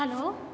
hello